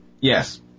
Yes